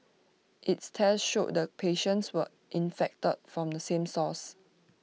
its tests showed the patients were infected from the same source